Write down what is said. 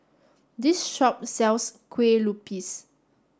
this shop sells Kueh Lupis